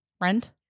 Rent